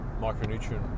micronutrient